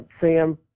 Sam